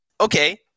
okay